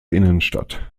innenstadt